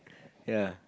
yea